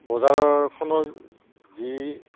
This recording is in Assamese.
বজাৰখনৰ যি